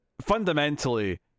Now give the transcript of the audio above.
fundamentally